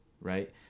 right